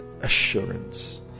assurance